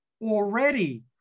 already